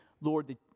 Lord